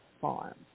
Farm